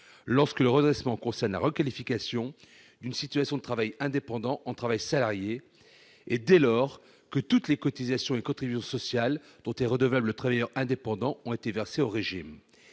lorsque le redressement concerne la requalification d'une situation de travail indépendant en travail salarié et dès lors que toutes les cotisations et contributions sociales dont est redevable le travailleur indépendant ont été versées au régime.